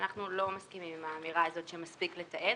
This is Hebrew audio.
אנחנו לא מסכימים עם האמירה שמספיק לתעד.